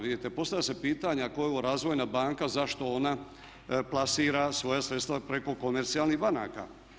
Vidite, postavlja se pitanje ako je ovo razvojna banka zašto ona plasira svoja sredstva preko komercijalnih banaka.